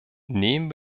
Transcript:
nehmen